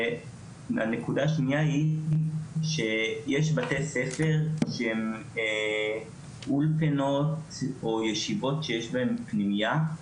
הנקודה השנייה היא שיש בתי ספר שהם אולפנות או ישיבות שיש בהם פנימיה.